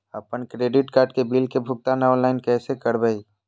अपन credit card के bill के भुगतान ऑनलाइन कैसे करबैय?